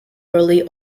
early